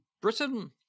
Britain